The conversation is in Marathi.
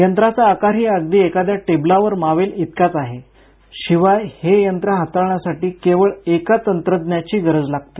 यंत्राचा आकारही अगदी एखाद्या टेबलवर मावेल इतकाच आहे शिवाय हे यंत्र हाताळण्यासाठी केवळ एका तंत्रज्ञाची गरज लागते